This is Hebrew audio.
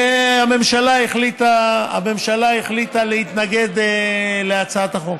והממשלה החליטה להתנגד להצעת החוק.